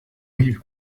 rive